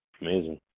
Amazing